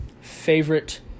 favorite